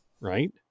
right